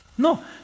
No